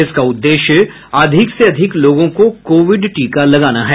इसका उद्देश्य अधिक से अधिक लोगों को कोविड टीका लगाना है